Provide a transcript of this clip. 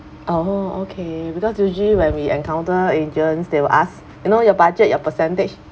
oh okay because usually when we encounter agents they will ask you know your budget your percentage